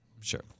Sure